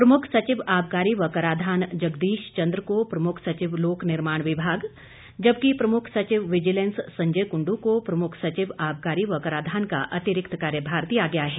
प्रमुख सचिव आबकारी व कराधान जगदीश चंद्र को प्रमख सचिव लोकनिर्माण विभाग जबकि प्रमुख सचिव विजिलेंस संजय कुंडू को प्रमुख सचिव आबकारी व कराधान का अतिरिक्त कार्यभार दिया गया है